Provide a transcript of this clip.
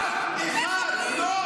מחבלים, מחבלים.